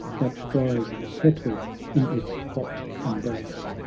that dries the petal in its hot embrace!